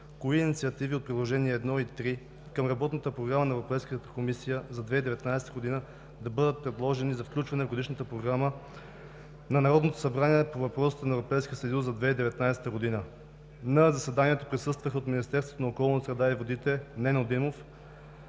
кои инициативи от Приложения I и III към Работната програма на Европейската комисия за 2019 г. да бъдат предложени за включване в Годишна работна програма на Народното събрание по въпросите на Европейския съюз за 2019 г. На заседанието присъстваха от Министерството на околната среда и водите: Нено Димов